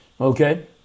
Okay